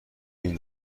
این